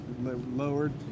lowered